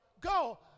go